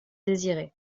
désirait